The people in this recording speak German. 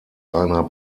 einer